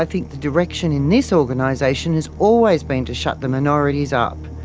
ah think the direction in this organisation has always been to shut the minorities up.